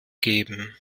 geben